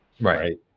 Right